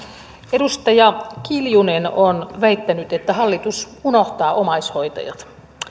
edustaja kiljunen on väittänyt että hallitus unohtaa omaishoitajat